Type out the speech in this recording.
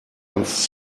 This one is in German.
ans